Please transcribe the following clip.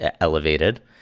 elevated